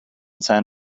san